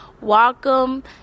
welcome